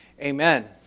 amen